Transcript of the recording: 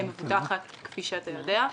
בעצם המבוטח מקבל גם כסף לדירה חליפית,